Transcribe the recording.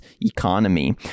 economy